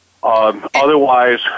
Otherwise